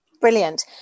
brilliant